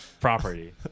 property